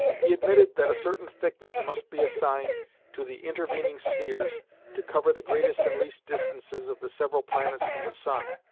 he admitted that a certain thickness must be assigned to the intervening spheres to cover the greatest and least distances of the several planets from the sun,